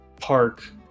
park